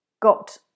got